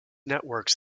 networks